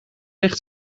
ligt